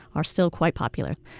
are still quite popular.